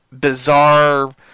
bizarre